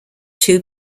two